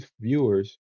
viewers